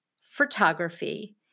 photography